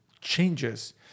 changes